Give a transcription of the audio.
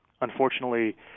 unfortunately